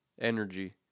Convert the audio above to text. energy